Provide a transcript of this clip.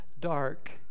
dark